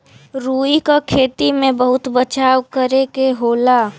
रुई क खेती में बहुत बचाव करे के होला